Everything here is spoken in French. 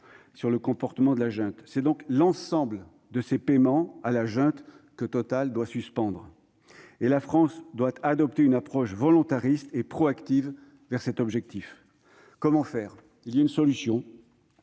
sur le comportement de la junte. C'est donc l'ensemble de ses paiements à la junte que Total doit suspendre. La France doit adopter une approche volontariste et proactive pour atteindre cet objectif. Comment faire ? Une solution